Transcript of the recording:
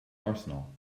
arsenal